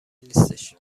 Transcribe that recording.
نیستش